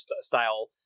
style